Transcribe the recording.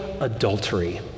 adultery